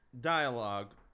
dialogue